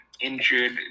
injured